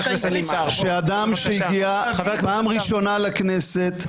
אני חושב שאדם שהגיע פעם ראשונה לכנסת,